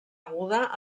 aguda